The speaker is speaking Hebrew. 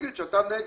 תגיד שאתה נגד,